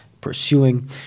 pursuing